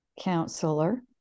counselor